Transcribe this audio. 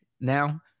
now